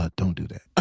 ah don't do that. i